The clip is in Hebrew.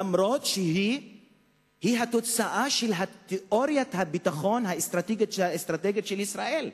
אף שהיא התוצאה של תיאוריית הביטחון האסטרטגית של ישראל.